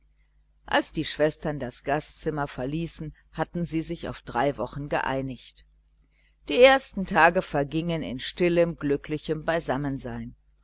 als die schwestern das gastzimmer verließen hatten sie sich auf drei wochen geeinigt die ersten tage vergingen in stillem glücklichem beisammensein